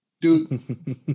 Dude